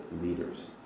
leaders